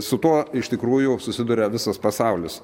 su tuo iš tikrųjų susiduria visas pasaulis